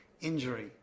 injury